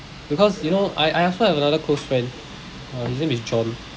because you know I I also have another close friend uh his name is john